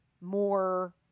more